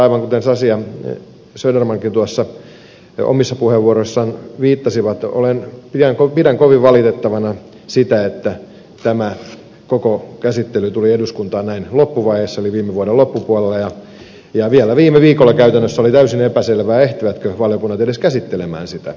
aivan kuten edustajat sasi ja södermankin omissa puheenvuoroissaan viittasivat pidän kovin valitettavana sitä että tämä koko käsittely tuli eduskuntaan näin loppuvaiheessa eli viime vuoden loppupuolella ja vielä viime viikolla käytännössä oli täysin epäselvää ehtivätkö valiokunnat edes käsittelemään sitä